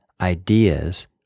ideas